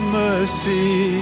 mercy